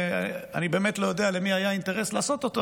שאני באמת לא יודע למי היה אינטרס לעשות אותו,